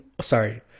sorry